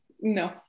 No